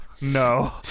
no